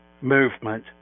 movement